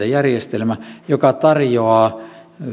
järjestelmä joka tarjoaa